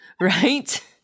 Right